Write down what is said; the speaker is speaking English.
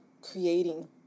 creating